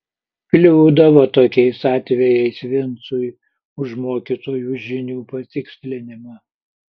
kliūdavo tokiais atvejais vincui už mokytojų žinių patikslinimą